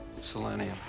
Selenium